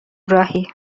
راهی